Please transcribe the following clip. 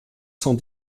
cent